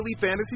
fantasy